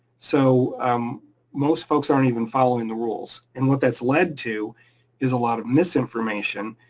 so um most folks aren't even following the rules, and what that's led to is a lot of misinformation,